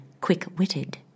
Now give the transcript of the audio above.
quick-witted